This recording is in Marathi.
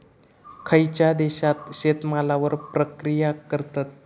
खयच्या देशात शेतमालावर प्रक्रिया करतत?